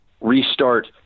restart